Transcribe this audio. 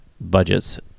budgets